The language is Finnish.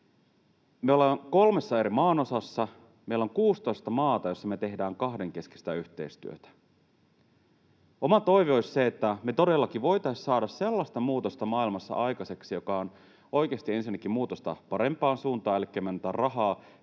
Me ollaan kolmessa eri maanosassa. Meillä on 16 maata, joissa me tehdään kahdenkeskistä yhteistyötä. Oma toive olisi se, että me todellakin voitaisiin saada maailmassa aikaiseksi sellaista muutosta, joka on oikeasti ensinnäkin muutosta parempaan suuntaan, elikkä me ei anneta rahaa